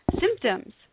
symptoms